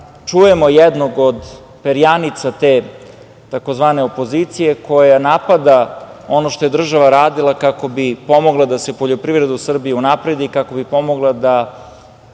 čujemo jednog od perjanica te tzv. opozicije koja napada ono što je država radila kako bi pomogla da se poljoprivreda u Srbiji unapredi, kako bi pomogla da